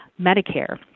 Medicare